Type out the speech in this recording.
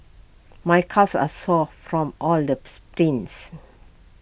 my calves are sore from all the sprints